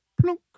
plunk